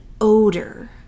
odor